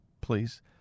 please